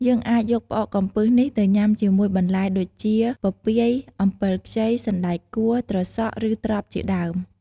យើងអាចយកផ្អកកំពឹសនេះទៅញុំាជាមួយបន្លែដូចជា ពពាយ អំបិលខ្ចី សណ្ដែកកួរ ត្រសក់ ឬ ត្រប់ជាដើម។